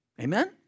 Amen